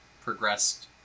progressed